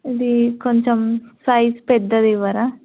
ఇది కొంచెం సైజు పెద్దది ఇవ్వరా